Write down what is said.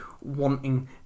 wanting